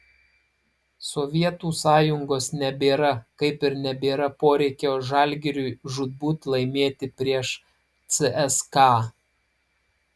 sovietų sąjungos nebėra kaip ir nebėra poreikio žalgiriui žūtbūt laimėti prieš cska